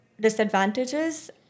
Disadvantages